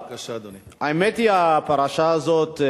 האמת היא שהפרשה הזאת,